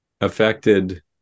affected